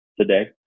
today